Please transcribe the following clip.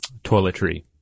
toiletry